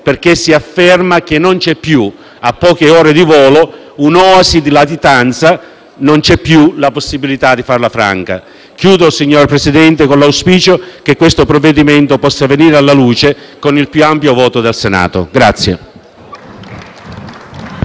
perché si afferma che non c'è più, a poche ore di volo, un'oasi di latitanza; non c'è più la possibilità di farla franca. Concludo, signor Presidente, con l'auspicio che questo provvedimento possa essere approvato con il più ampio voto del Senato.